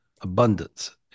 abundance